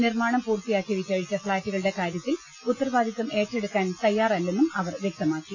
നിർമ്മാണം പൂർത്തിയാക്കി വിറ്റഴിച്ച ഫ്ളാറ്റുകളുടെ കാര്യത്തിൽ ഉത്തരവാദിത്തം ഏറ്റെടുക്കാൻ തയാറല്ലെന്നും അവർ വൃക്തമാക്കി